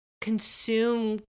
consume